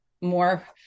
more